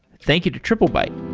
thank you to triplebyte